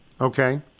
Okay